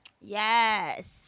Yes